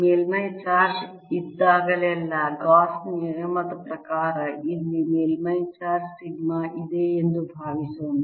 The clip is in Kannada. ಮೇಲ್ಮೈ ಚಾರ್ಜ್ ಇದ್ದಾಗಲೆಲ್ಲಾ ಗಾಸ್ ನಿಯಮದ ಪ್ರಕಾರ ಇಲ್ಲಿ ಮೇಲ್ಮೈ ಚಾರ್ಜ್ ಸಿಗ್ಮಾ ಇದೆ ಎಂದು ಭಾವಿಸೋಣ